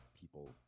people